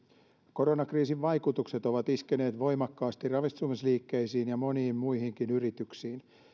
koronakriisin vaikutukset ovat iskeneet voimakkaasti ravitsemusliikkeisiin ja moniin muihinkin yrityksiin